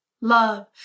love